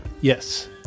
Yes